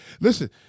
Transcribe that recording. Listen